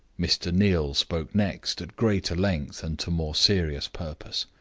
mr. neal spoke next at greater length and to more serious purpose.